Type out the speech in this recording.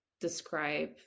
describe